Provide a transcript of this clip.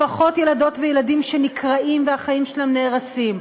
לפחות ילדות וילדים שנקרעים והחיים שלהם נהרסים,